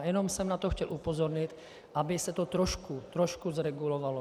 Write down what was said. Jenom jsem na to chtěl upozornit, aby se to trošku zregulovalo.